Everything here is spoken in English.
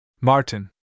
Martin